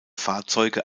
fahrzeuge